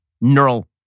neural